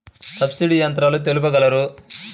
Subsidy యంత్రాలు తెలుపగలరు?